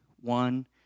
one